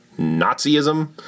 Nazism